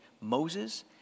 Moses